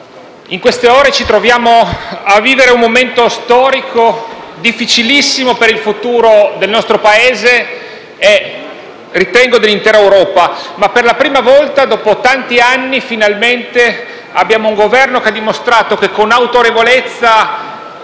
in queste ore ci troviamo a vivere un momento storico difficilissimo per il futuro del nostro Paese e dell'intera Europa. Per la prima volta, però, dopo tanti anni, abbiamo finalmente un Governo che ha dimostrato che con autorevolezza